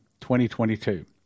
2022